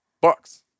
bucks